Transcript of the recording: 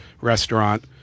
restaurant